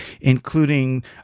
including